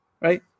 right